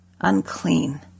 Unclean